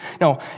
No